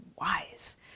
wise